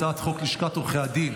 הצעת חוק לשכת עורכי הדין